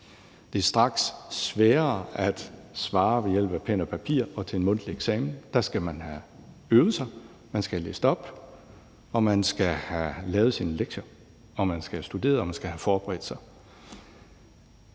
Det er straks sværere at svare ved hjælp af pen og papir og til en mundtlig eksamen, for der skal man have øvet sig. Man skal have læst op, man skal have lavet sine lektier, man skal have studeret, og man skal have forberedt sig.